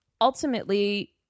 ultimately